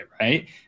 Right